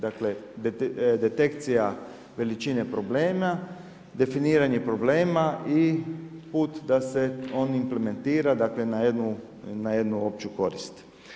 Dakle detekcija veličine problema, definiranje problema i put da se on implementira na jednu opću korist.